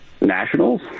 Nationals